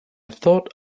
thought